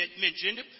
mentioned